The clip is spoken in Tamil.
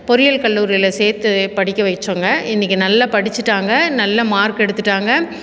பொறியியல் கல்லூரியில் சேர்த்து படிக்க வச்சோங்க இன்றைக்கி நல்ல படித்துட்டாங்க நல்ல மார்க்கு எடுத்துட்டாங்க